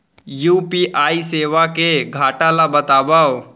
UPI सेवा के घाटा ल बतावव?